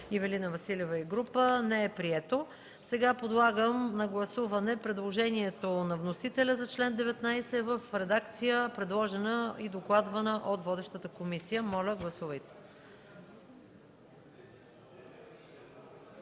Ивелина Василева и група не е прието. Сега подлагам на гласуване предложението на вносителя за чл. 19 в редакция, предложена и докладвана от водещата комисия. Моля, колеги, гласувайте.